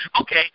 Okay